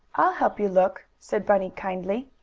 i'll help you look, said bunny kindly,